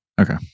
Okay